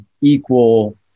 equal